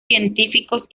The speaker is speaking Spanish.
científicos